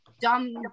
dumb